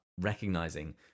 recognizing